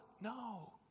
No